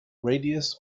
radius